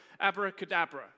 abracadabra